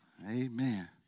Amen